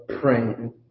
praying